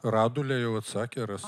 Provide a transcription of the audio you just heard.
radulė jau atsakė rasa